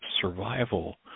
survival